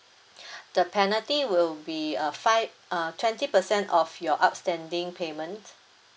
the penalty will be a five uh twenty percent of your upstanding payment